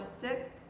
sick